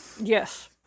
Yes